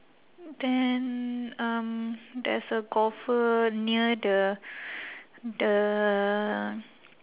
then um there's a golfer near the the